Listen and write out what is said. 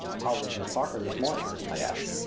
how is miss parker this morning? i asked.